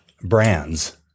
brands